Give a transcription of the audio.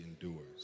endures